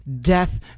death